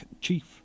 chief